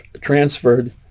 transferred